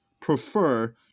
prefer –